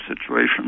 situation